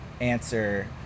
answer